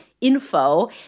info